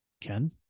Ken